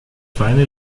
finally